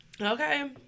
Okay